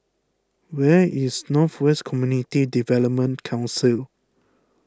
where is North West Community Development Council